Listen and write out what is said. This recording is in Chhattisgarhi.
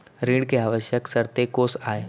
ऋण के आवश्यक शर्तें कोस आय?